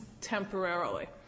temporarily